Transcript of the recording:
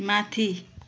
माथि